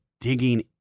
digging